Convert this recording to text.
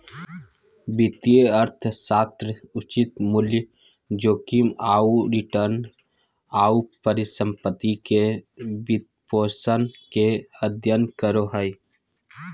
वित्तीय अर्थशास्त्र उचित मूल्य, जोखिम आऊ रिटर्न, आऊ परिसम्पत्ति के वित्तपोषण के अध्ययन करो हइ